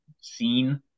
seen